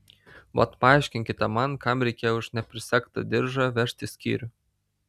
vat paaiškinkite man kam reikėjo už neprisegtą diržą vežti į skyrių